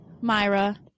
Myra